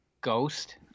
ghost